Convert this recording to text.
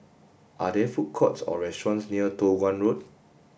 are there food courts or restaurants near Toh Guan Road